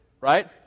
right